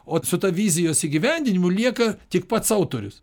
o su ta vizijos įgyvendinimu lieka tik pats autorius